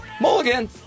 Mulligan